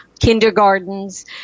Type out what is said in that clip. kindergartens